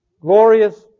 Glorious